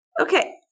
Okay